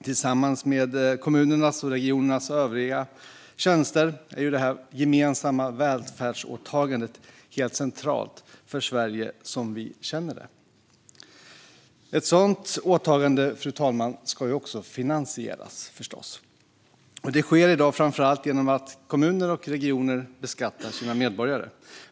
Tillsammans med kommunernas och regionernas övriga tjänster är detta gemensamma välfärdsåtagande helt centralt för Sverige som vi känner det. Ett sådant åtagande, fru talman, ska förstås också finansieras. Det sker i dag framför allt genom att kommuner och regioner beskattar sina medborgare.